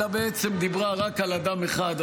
אלא בעצם דיברה רק על אדם אחד,